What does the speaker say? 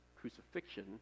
crucifixion